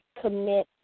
commit